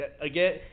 again